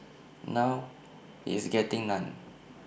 now it's getting none